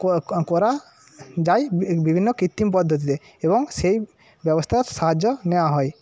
করা যায় বিভিন্ন কৃত্রিম পদ্ধতিতে এবং সেই ব্যবস্থার সাহায্য নেওয়া হয়